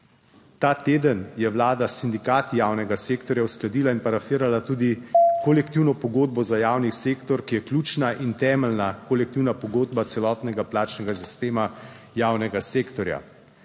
Ta teden je vlada s sindikati javnega sektorja uskladila in parafirala tudi kolektivno pogodbo za javni sektor, ki je ključna in temeljna kolektivna pogodba celotnega plačnega sistema javnega sektorja.